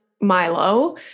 Milo